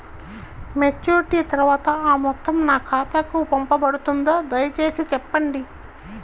Maturity తర్వాత ఆ మొత్తం నా ఖాతాకు పంపబడుతుందా? దయచేసి చెప్పండి?